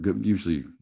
usually